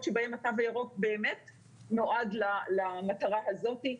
בהם התו הירוק באמת נועד למטרה הזאת.